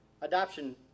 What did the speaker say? adoption